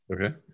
Okay